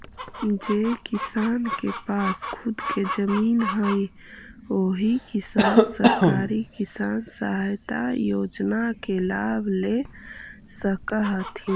जे किसान के पास खुद के जमीन हइ ओही किसान सरकारी किसान सहायता योजना के लाभ ले सकऽ हथिन